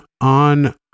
on